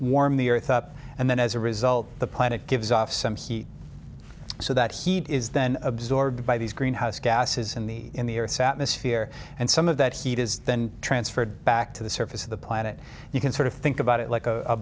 warm the earth up and then as a result the planet gives off some heat so that heat is then absorbed by these greenhouse gases in the in the earth's atmosphere and some of that heat is then transferred back to the surface of the planet you can sort of think about it like a